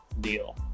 deal